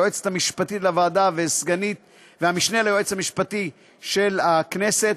היועצת המשפטית לוועדה והמשנה ליועץ המשפטי של הכנסת,